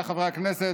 חבריי חברי הכנסת,